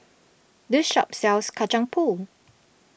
this shop sells Kacang Pool